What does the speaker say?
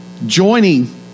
Joining